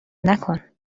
نکن